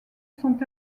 sont